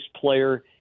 player